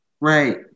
Right